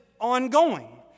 ongoing